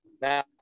now